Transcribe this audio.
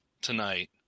tonight